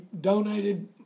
donated